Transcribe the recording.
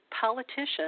politicians